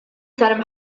seinem